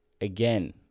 again